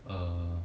uh